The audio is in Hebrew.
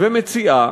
ומציעה